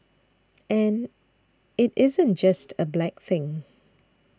and it isn't just a black thing